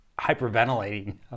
hyperventilating